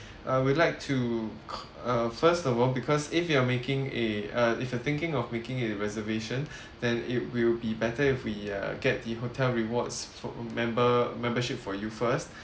uh we'll like to c~ uh first of all because if you're making a uh if you're thinking of making a reservation then it will be better if we uh get the hotel rewards for member membership for you first